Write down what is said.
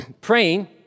praying